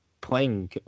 playing